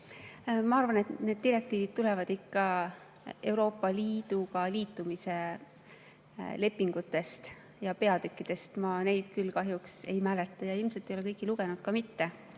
Ma arvan, et need direktiivid tulevad ikka Euroopa Liiduga liitumise lepingutest ja peatükkidest. Ma neid küll kahjuks ei mäleta ja ilmselt ei ole kõiki lugenud ka.